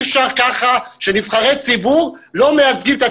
זה לא ייתכן שנבחרי ציבור לא מייצגים את הציבור.